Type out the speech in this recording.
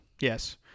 Yes